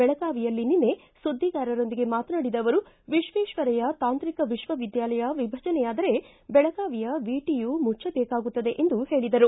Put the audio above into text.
ಬೆಳಗಾವಿಯಲ್ಲಿ ನಿನ್ನೆ ಸುದ್ದಿಗಾರರೊಂದಿಗೆ ಮಾತನಾಡಿದ ಅವರು ವಿಶ್ವೇಶ್ವರಯ್ಯ ತಾಂತ್ರಿಕ ವಿಶ್ವವಿದ್ಯಾಲಯ ವಿಭಜನೆಯಾದರೆ ಬೆಳಗಾವಿಯ ವಿಟಿಯು ಮುಚ್ಚಬೇಕಾಗುತ್ತದೆ ಎಂದು ಹೇಳಿದರು